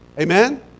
Amen